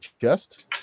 chest